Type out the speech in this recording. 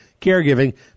caregiving